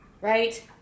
right